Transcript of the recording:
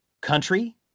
Country